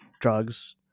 drugs